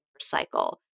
cycle